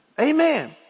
Amen